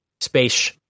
space